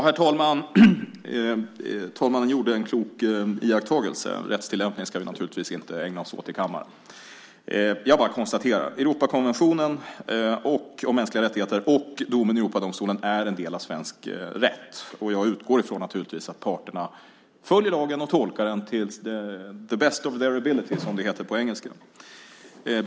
Herr talman! Talmannen gjorde en klok iakttagelse. Rättstillämpning ska vi naturligtvis inte ägna oss åt i kammaren. Jag konstaterar bara att Europakonventionen om mänskliga rättigheter och domen i Europadomstolen är en del av svensk rätt, och jag utgår naturligtvis ifrån att parterna följer lagen och tolkar den to the best of their ability , som det heter på engelska.